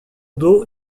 dos